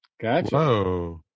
Gotcha